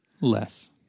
Less